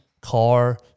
car